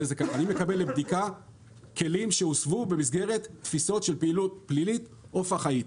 אני מקבל לבדיקה כלים שהוסבו במסגרת תפיסות של פעילות פלילית או פח"עית.